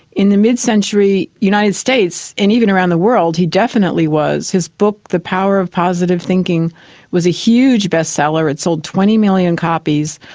in the mid-century united states and even around the world he definitely was. he's book the power of positive thinking was a huge bestseller, it sold twenty million copies,